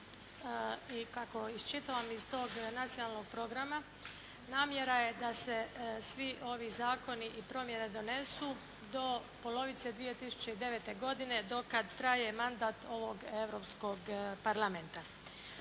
i kako iščitavam iz tog nacionalnog programa namjera je da se svi ovi zakoni i promjene donesu do polovice 2009. godine do kad traje mandat ovog Europskog parlamenta.